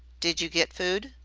did you get food?